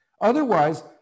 Otherwise